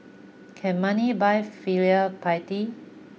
can money buy filial piety